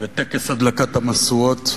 בטקס הדלקת המשואות,